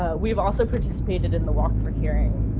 ah we've also participated in the walk for hearing.